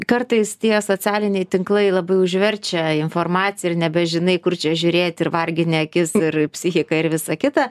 kartais tie socialiniai tinklai labai užverčia informacija ir nebežinai kur čia žiūrėti ir vargini akis ir psichiką ir visa kita